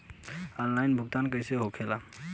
Online भुगतान कैसे होए ला?